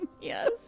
Yes